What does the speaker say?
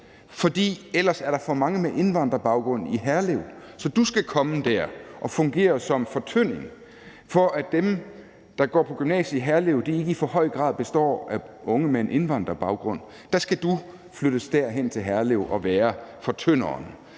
for ellers er der for mange med indvandrerbaggrund på gymnasiet der, så du skal komme derhen og fungere som fortynding, for at dem, der går der, ikke i for høj grad består af unge med en indvandrerbaggrund; så du skal flyttes derhen og være fortynderen,